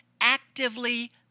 actively